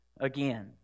again